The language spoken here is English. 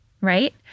right